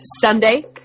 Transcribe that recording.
Sunday